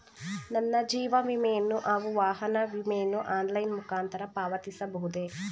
ನನ್ನ ಜೀವ ವಿಮೆಯನ್ನು ಹಾಗೂ ವಾಹನ ವಿಮೆಯನ್ನು ಆನ್ಲೈನ್ ಮುಖಾಂತರ ಪಾವತಿಸಬಹುದೇ?